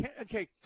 Okay